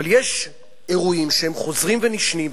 אבל יש אירועים שהם חוזרים ונשנים,